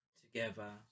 together